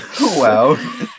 wow